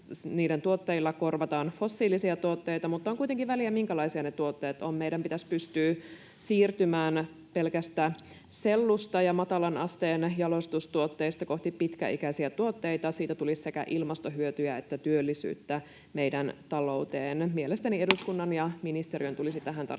Niiden tuotteilla korvataan fossiilisia tuotteita, mutta on kuitenkin väliä, minkälaisia ne tuotteet ovat. Meidän pitäisi pystyä siirtymään pelkästä sellusta ja matalan asteen jalostustuotteista kohti pitkäikäisiä tuotteita. Siitä tulisi sekä ilmastohyötyjä että työllisyyttä meidän talouteen. Mielestäni eduskunnan ja ministeriön tulisi tähän tarttua